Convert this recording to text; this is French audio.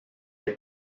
est